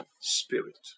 spirit